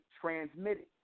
transmitted